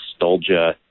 nostalgia